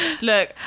look